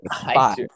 five